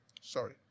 Sorry